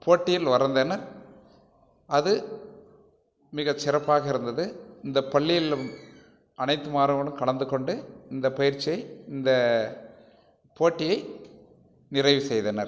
போட்டியில் வரைந்தனர் அது மிகச்சிறப்பாக இருந்தது இந்தப் பள்ளியில் அனைத்து மாணவர்களும் கலந்து கொண்டு இந்த பயிற்சியை இந்த போட்டியை நிறைவு செய்தனர்